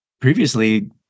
previously